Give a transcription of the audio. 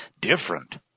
different